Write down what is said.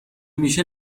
میشه